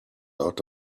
out